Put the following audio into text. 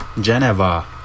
Geneva